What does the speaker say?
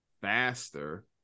faster